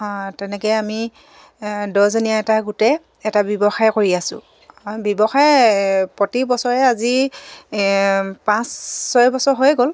তেনেকৈ আমি দহজনীয়া এটা গোটে এটা ব্যৱসায় কৰি আছো ব্যৱসায় প্ৰতি বছৰে আজি পাঁচ ছয় বছৰ হৈ গ'ল